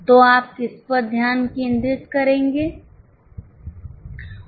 तो आप किस पर ध्यान केंद्रित करेंगे